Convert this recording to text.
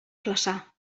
flaçà